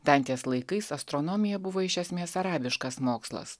dantės laikais astronomija buvo iš esmės arabiškas mokslas